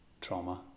trauma